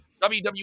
WWE